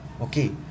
Okay